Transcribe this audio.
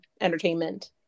entertainment